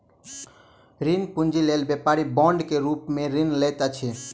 ऋण पूंजी लेल व्यापारी बांड के रूप में ऋण लैत अछि